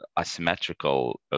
asymmetrical